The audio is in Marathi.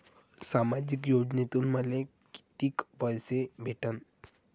सामाजिक योजनेतून मले कितीक पैसे भेटन?